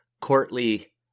courtly